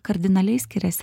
kardinaliai skiriasi